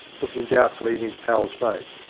looking doubtfully in his pal's face.